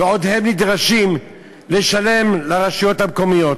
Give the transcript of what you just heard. ועוד הם נדרשים לשלם לרשויות המקומיות.